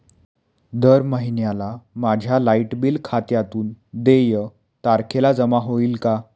दर महिन्याला माझ्या लाइट बिल खात्यातून देय तारखेला जमा होतील का?